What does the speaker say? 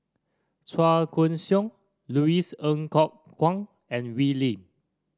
Chua Koon Siong Louis Ng Kok Kwang and Wee Lin